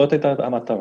זו הייתה המטרה.